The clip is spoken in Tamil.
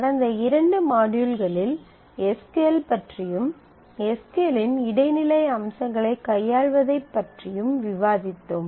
கடந்த இரண்டு மாட்யூல்களில் எஸ் க்யூ எல் பற்றியும் எஸ் க்யூ எல் இன் இன்டெர்மீடியேட் லெவல் அம்சங்களைக் கையாள்வதை பற்றியும் விவாதித்தோம்